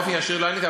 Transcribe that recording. באופן ישיר לא עניתי,